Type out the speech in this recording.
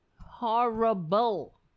Horrible